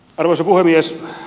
arvoisa puhemies